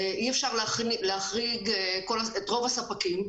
אי-אפשר להחריג את רוב הספקים.